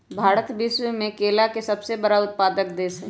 भारत विश्व में केला के सबसे बड़ उत्पादक देश हई